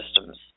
systems